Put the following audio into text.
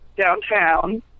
downtown